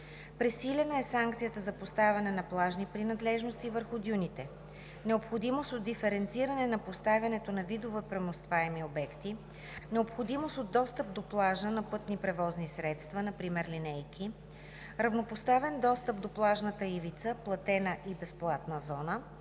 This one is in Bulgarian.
пресилена е санкцията за поставяне на плажни принадлежности върху дюните; необходимост от диференциране на поставянето на видове преместваеми обекти; необходимост от достъп до плажа на ППС – например линейки; равнопоставен достъп до плажната ивица – платена и безплатна зона;